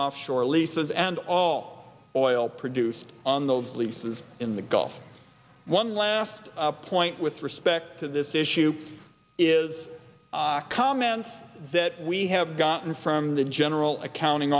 offshore leases and all oil produced on those leases in the gulf one last point with respect to this issue is comments that we have gotten from the general accounting